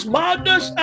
madness